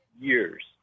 years